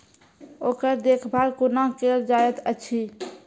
ओकर देखभाल कुना केल जायत अछि?